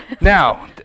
Now